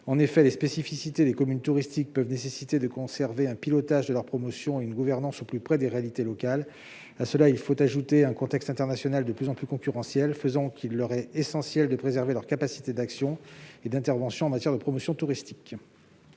En effet, les spécificités des communes touristiques peuvent nécessiter de conserver un pilotage de la promotion et une gouvernance au plus près des réalités locales. À cela, il faut ajouter un contexte international de plus en plus concurrentiel : il est donc essentiel que lesdites communes préservent leur capacité d'action et d'intervention en matière de promotion touristique.